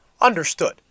Understood